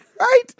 Right